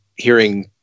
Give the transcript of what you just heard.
hearing